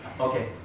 Okay